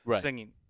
singing